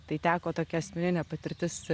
tai teko tokia asmeninė patirtis